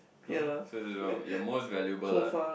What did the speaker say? true so it's the your most valuable ah